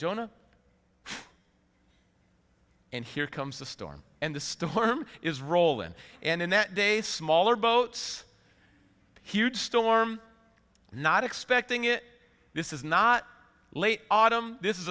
don't and here comes the storm and the storm is rolling and in that day smaller boats huge storm not expecting it this is not late autumn this is